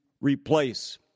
replace